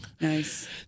Nice